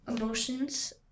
emotions